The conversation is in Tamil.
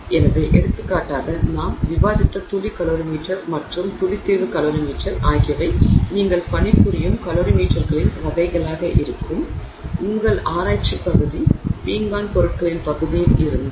எனவே எடுத்துக்காட்டாக நான் விவாதித்த துளி கலோரிமீட்டர் மற்றும் துளி தீர்வு கலோரிமீட்டர் ஆகியவை நீங்கள் பணிபுரியும் கலோரிமீட்டர்களின் வகைகளாக இருக்கும் உங்கள் ஆராய்ச்சி பகுதி பீங்கான் பொருட்களின் பகுதியில் இருந்தால்